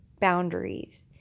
boundaries